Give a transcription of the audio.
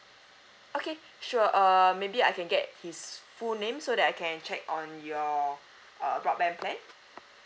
okay sure err maybe I can get his full name so that I can check on your uh broadband plan